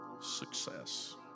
success